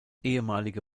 ehemalige